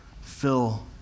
Fill